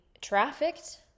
trafficked